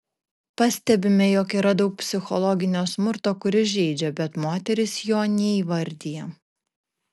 pastebime jog yra daug psichologinio smurto kuris žeidžia bet moterys jo neįvardija